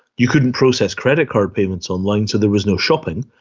you couldn't process credit card payments online, so there was no shopping.